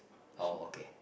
oh okay